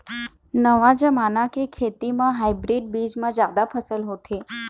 नवा जमाना के खेती म हाइब्रिड बीज म जादा फसल होथे